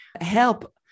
help